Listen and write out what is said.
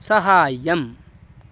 सहाय्यम्